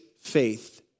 faith